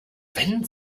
wenn